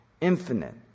Infinite